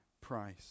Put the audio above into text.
price